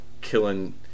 killing